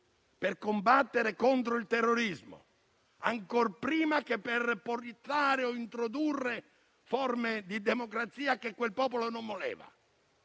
per combattere contro il terrorismo, ancor prima che per portare o introdurre forme di democrazia che quel popolo non voleva.